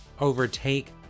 overtake